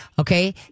okay